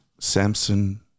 Samson